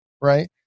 right